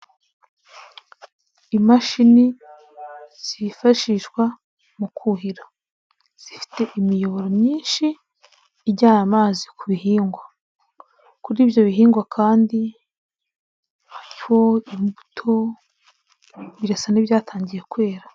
Imashini zifashishwa mu kuhira zifite imiyoboro myinshi ijyana amazi ku bihingwa, kuri ibyo bihingwa kandi hariho imbuto birasa n'ibyatangiye kwera.